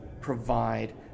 provide